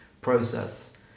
process